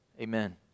amen